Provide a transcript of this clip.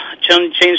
change